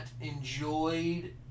enjoyed